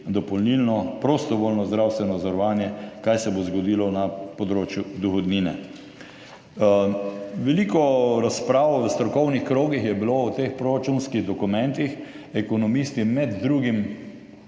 dopolnilno prostovoljno zdravstveno zavarovanje, kaj se bo zgodilo na področju dohodnine. Veliko razprav v strokovnih krogih je bilo o teh proračunskih dokumentih. Ekonomisti med drugim